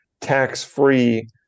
tax-free